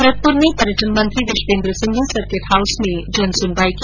भरतपुर में आज पर्यटन मंत्री विश्वेन्द्र सिंह ने सर्किट हाउस में जन सुनवाई की